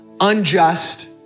unjust